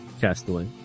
Castaway